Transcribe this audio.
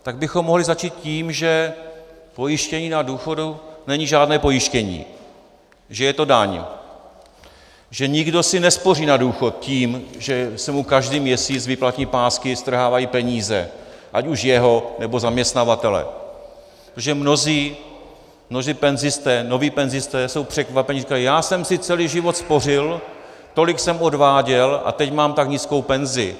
Tak bychom mohli začít tím, že pojištění na důchod není žádné pojištění, že je to daň, že si nikdo nespoří na důchod tím, že se mu každý měsíc z výplatní pásky strhávají peníze ať už jeho, nebo zaměstnavatele, protože mnozí penzisté, noví penzisté, jsou překvapeni a říkají: já jsem si celý život spořil, tolik jsem odváděl a teď mám tak nízkou penzi.